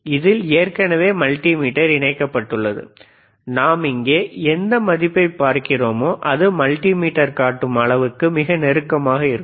இதில் ஏற்கனவே மல்டிமீட்டர் இணைக்கப்பட்டுள்ளது நாம் இங்கே எந்த மதிப்பைப் பார்க்கிறோமோ அது மல்டிமீட்டர் காட்டும் அளவுக்கு மிக நெருக்கமாக இருக்கும்